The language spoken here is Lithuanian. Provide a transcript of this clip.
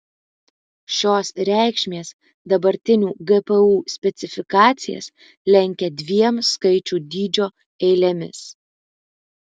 šios reikšmės dabartinių gpu specifikacijas lenkia dviem skaičių dydžio eilėmis